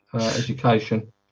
education